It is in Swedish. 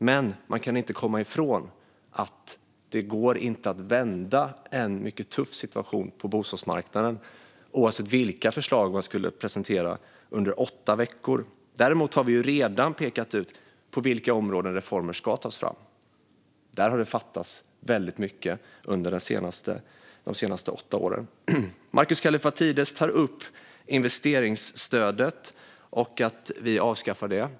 Men man kan inte komma ifrån att det inte går att vända en mycket tuff situation på bostadsmarknaden, oavsett vilka förslag som skulle presenteras, under åtta veckor. Däremot har vi redan pekat ut på vilka områden som reformer ska tas fram. Där har det saknats väldigt mycket under de senaste åtta åren. Markus Kallifatides tar upp att vi avskaffar investeringsstödet.